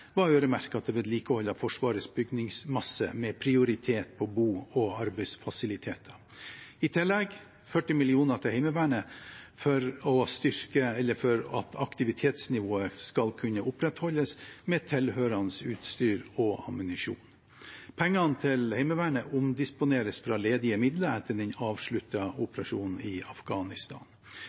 vedlikehold av Forsvarets bygningsmasse med prioritet på bo- og arbeidsfasiliteter – i tillegg 40 mill. kr til Heimevernet for at aktivitetsnivået skal kunne opprettholdes, med tilhørende utstyr og ammunisjon. Pengene til Heimevernet omdisponeres fra ledige midler etter den avsluttede operasjonen i Afghanistan.